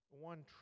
one